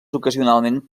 ocasionalment